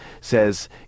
says